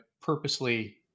purposely